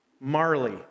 Marley